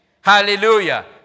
Hallelujah